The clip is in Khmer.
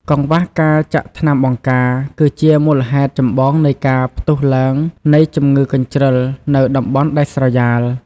កង្វះការចាក់ថ្នាំបង្ការ គឺជាមូលហេតុចម្បងនៃការផ្ទុះឡើងនៃជម្ងឺកញ្ជ្រឹលនៅតំបន់ដាច់ស្រយាល។